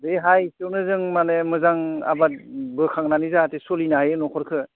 बे हा इसेयावनो जों माने मोजां आबाद बोखांनानै जाहाते सोलिनो हायो न'खरखौ